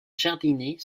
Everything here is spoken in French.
jardinet